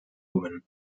woman